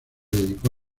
dedicó